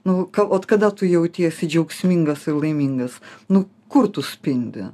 nu ot kada tu jautiesi džiaugsmingas ir laimingas nu kur tu spindi